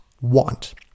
want